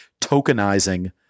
tokenizing